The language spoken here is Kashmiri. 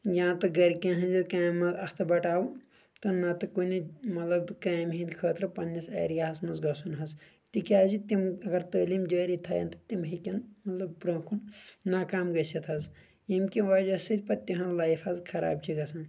یا تہِ گرِکٮ۪ن ۂنٛزِ کامہِ منٛز اَتھ بٹاوُن تہٕ نَتہٕ کُنہِ مطلب کامہِ ہنٛدِ خأطرٕ پننِس ایریا ہس منٛز گژُھن حظ تِکیٛازِ تِم اگر تعلیٖم جأری تھاون تہٕ تِم ہیٚکن مطلب بروٗنٛہہ کُن ناکام گٔژھِتھ حظ ییٚمہِ کہ وجہ سۭتۍ پتہٕ تہنٛز لایِف حظ خراب چھ گژھان